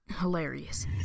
hilarious